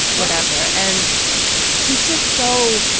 whatever. and he's just so